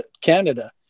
Canada